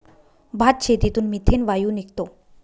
भातशेतीतून मिथेन वायू निघतो